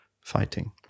fighting